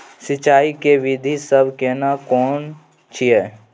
सिंचाई के विधी सब केना कोन छिये?